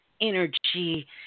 energy